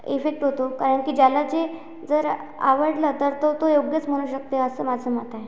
effect होतो कारण की ज्याला जे जर आवडलं तर तो तो योग्यच म्हणू शकते असं माझं मत आहे